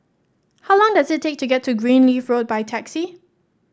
how long does it take to get to Greenleaf Road by taxi